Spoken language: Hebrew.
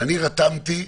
אני רתמתי,